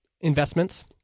investments